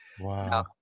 Wow